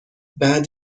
بعد